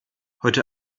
heute